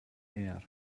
air